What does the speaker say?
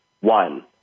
One